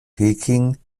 peking